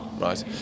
right